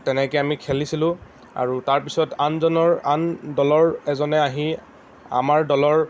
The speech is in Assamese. তেনেকৈ আমি খেলিছিলোঁ আৰু তাৰপিছত আনজনৰ আন দলৰ এজনে আহি আমাৰ দলৰ